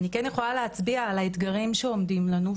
אני כן יכולה להצביע על האתגרים שעומדים בפנינו,